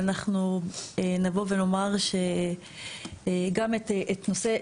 אנחנו נבוא ונאמר שגם את נושא,